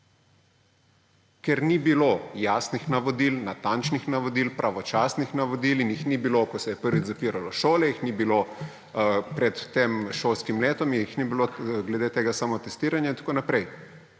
Ker ni bilo jasnih navodil, natančnih navodil, pravočasnih navodil − in jih ni bilo, ko se je prvič zapiralo šole, jih ni bilo pred tem šolskim letom, jih ni bilo glede tega samotestiranja in tako naprej